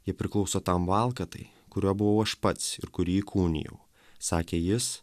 jie priklauso tam valkatai kuriuo buvau aš pats ir kurį įkūnijau sakė jis